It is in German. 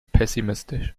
pessimistisch